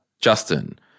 Justin